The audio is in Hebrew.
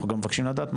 אנחנו גם מבקשים לדעת,